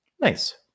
Nice